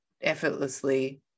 effortlessly